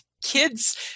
kids